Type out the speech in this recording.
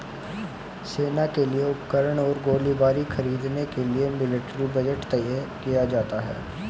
सेना के लिए उपकरण और गोलीबारी खरीदने के लिए मिलिट्री बजट तय किया जाता है